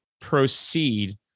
proceed